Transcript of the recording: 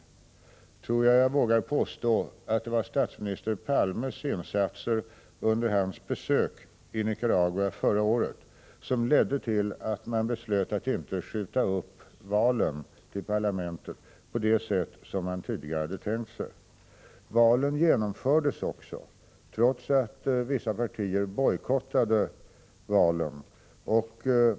Jag tror att jag vågar påstå att det var statsminister Olof Palmes insatser under hans besök i Nicaragua förra året som ledde till att man beslöt att inte skjuta upp valen till parlamentet på det sätt som man tidigare hade tänkt sig. Valet genomfördes också trots att vissa partier bojkottade det.